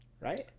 Right